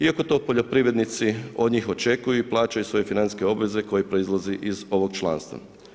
Iako to poljoprivrednici od njih očekuju i plaćaju svoje financijske obveze koje proizlazi iz ovog članstva.